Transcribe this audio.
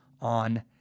on